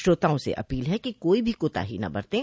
श्रोताओं से अपील है कि कोई भी कोताही न बरतें